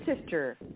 sister